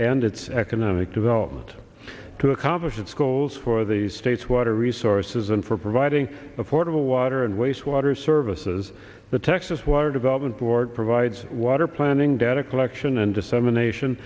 and its economic development to accomplish its goals for the states water resources and for providing affordable water and wastewater services the texas water development board provides water planning data collection and dissemination